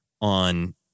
on